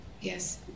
Yes